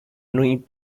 need